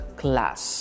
class